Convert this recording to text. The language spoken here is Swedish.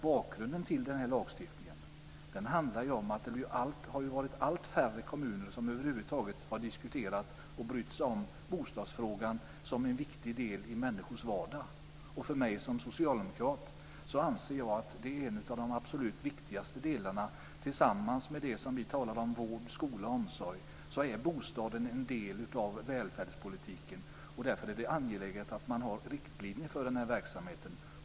Bakgrunden till den här lagstiftningen är ju att det har varit allt färre kommuner som över huvud taget har brytt sig om bostadsfrågan som en viktig del i människors vardag. För mig som socialdemokrat är det en av de absolut viktigaste delarna tillsammans med det som vi talade om tidigare, vård, skola och omsorg. Bostaden är en del av välfärdspolitiken. Därför är det angeläget att man har riktlinjer för den verksamheten.